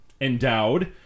endowed